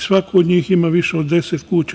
Svako od njih ima više od 10 kuća.